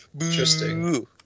Interesting